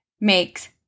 makes